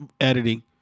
editing